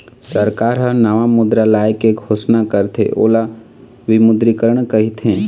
सरकार ह नवा मुद्रा लाए के घोसना करथे ओला विमुद्रीकरन कहिथें